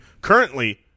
currently